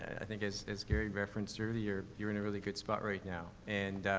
i think as, as gary referenced earlier, you're in a really good spot right now. and,